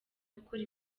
gukora